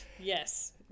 Yes